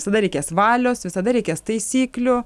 visada reikės valios visada reikės taisyklių